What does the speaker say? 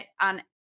on